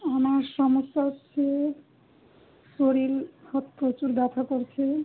আমার সমস্যা হচ্ছে শরীর প্রচুর ব্যথা করছে